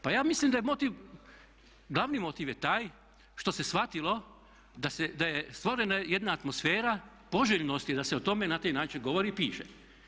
Pa ja mislim da je glavni motiv taj što se shvatilo da je stvorena jedna atmosfera poželjnosti da se o tome na taj način govori i piše.